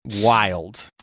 wild